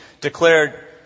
declared